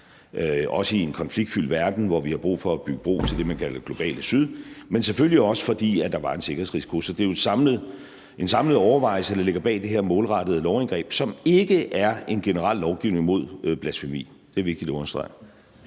også i en konfliktfyldt verden, hvor vi har brug for at bygge bro til det, man kalder det globale syd, men det var selvfølgelig også, fordi der var en sikkerhedsrisiko. Så det er jo en samlet overvejelse, der ligger bag det her målrettede lovindgreb, som ikke er en generel lovgivning mod blasfemi. Det er vigtigt at understrege